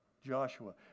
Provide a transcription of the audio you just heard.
Joshua